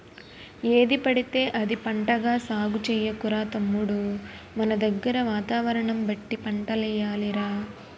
ఏదిపడితే అది పంటగా సాగు చెయ్యకురా తమ్ముడూ మనదగ్గర వాతావరణం బట్టి పంటలెయ్యాలి రా